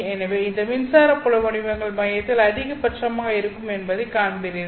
எனவே இந்த மின்சார புலம் வடிவங்கள் மையத்தில் அதிகபட்சமாக இருக்கும் என்பதைக் காண்பீர்கள்